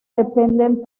dependen